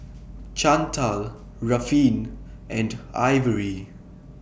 Chantal Ruffin and Ivory